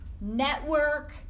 Network